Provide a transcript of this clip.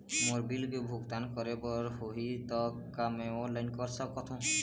मोर bill के भुगतान करे बर होही ता का मैं ऑनलाइन कर सकथों?